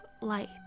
light